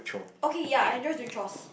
okay ya I enjoy doing chores